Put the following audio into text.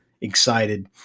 excited